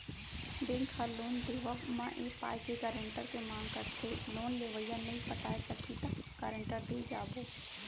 bank ह loan देवब म ए पाय के गारेंटर के मांग करथे लोन लेवइया नइ पटाय सकही त गारेंटर तीर जाबो